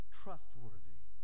trustworthy